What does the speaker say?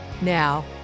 now